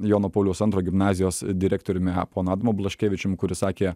jono pauliaus antro gimnazijos direktoriumi ponu adamu blaškevičium kuris sakė